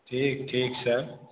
ठीक ठीक सर